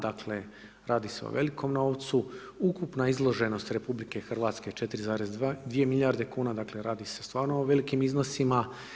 Dakle, radi se o velikom novcu, ukupna izloženost RH, 4,2 milijardi kn, dakle, radi se stvarno o velikim iznosima.